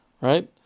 Right